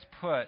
put